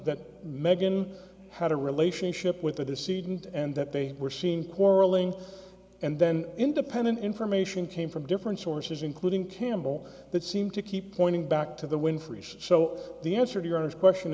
that meghan had a relationship with the the c didn't and that they were seen quarrelling and then independent information came from different sources including campbell that seem to keep pointing back to the winfrey so the answer to your next question